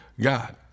God